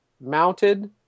mounted